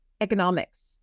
economics